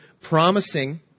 promising